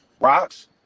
Rocks